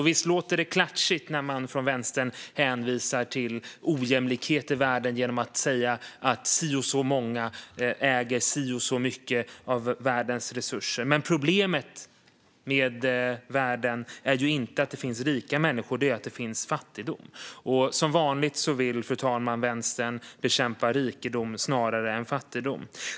Visst låter det klatschigt när man från Vänstern hänvisar till ojämlikheter i världen genom att säga att si och så många äger si och så mycket av världens resurser. Problemet med världen är inte att det finns rika människor utan att det finns fattigdom. Som vanligt vill Vänstern bekämpa rikedom snarare än fattigdom.